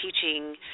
teaching